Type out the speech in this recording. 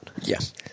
Yes